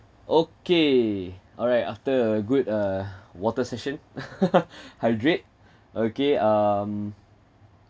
okay alright after a good uh water session hydrate okay um